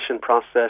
process